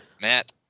Matt